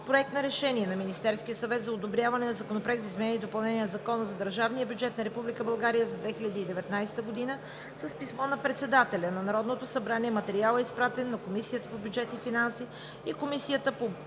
Проект на решение на Министерския съвет за одобряване на Законопроект за изменение и допълнение на Закона за държавния бюджет на Република България за 2019 г. С писмо на председателя на Народното събрание материалът е изпратен на Комисията по бюджет и финанси и на Комисията по отбрана.